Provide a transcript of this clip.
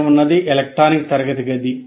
పైన ఉన్నదిఎలక్ట్రానిక్ తరగతి గది